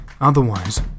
Otherwise